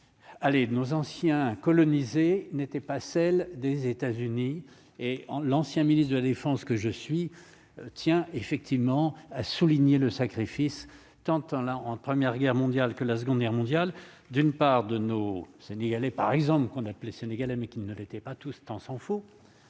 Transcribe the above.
allez nos anciens colonisés n'était pas celle des États-Unis, et en l'ancien ministre de la Défense, que je suis tiens, effectivement, a souligné le sacrifice tentant la en première guerre mondiale que la Seconde Guerre mondiale, d'une part de nos ce n'y aller par exemple qu'on appelait sénégalais mais qui ne l'étaient pas tous, tant s'en faut,